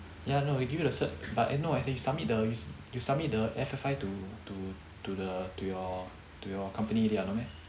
ya no they give the cert but eh no as in you submit the you submit the F_F_I to to the to your to your company there are no meh